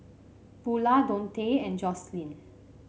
Bula Dontae and Jocelynn